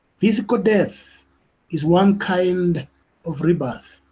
physical death is one kind of rebirth,